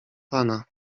pana